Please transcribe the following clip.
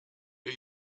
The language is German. wir